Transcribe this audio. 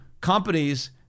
companies